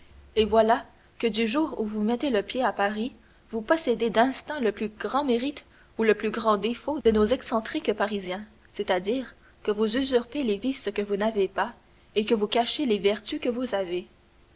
et voilà que du jour où vous mettez le pied à paris vous possédez d'instinct le plus grand mérite ou le plus grand défaut de nos excentriques parisiens c'est-à-dire que vous usurpez les vices que vous n'avez pas et que vous cachez les vertus que vous avez